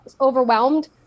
overwhelmed